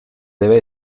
deve